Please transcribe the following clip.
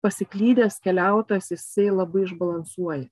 pasiklydęs keliautojas jisai labai išbalansuoja